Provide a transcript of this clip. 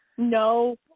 No